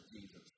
Jesus